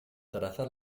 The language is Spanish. trazar